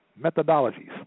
methodologies